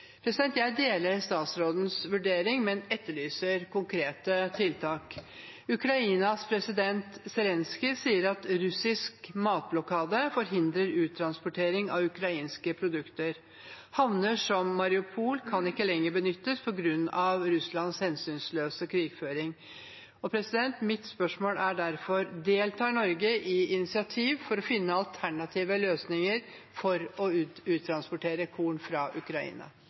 Jeg deler statsrådens vurdering, men etterlyser konkrete tiltak. Ukrainas president, Zelenskyj, sier at russisk matblokade forhindrer uttransportering av ukrainske produkter. Havner som Mariupol kan ikke lenger benyttes på grunn av Russlands hensynsløse krigføring. Mitt spørsmål er derfor: Deltar Norge i initiativ for å finne alternative løsninger for å uttransportere korn fra Ukraina?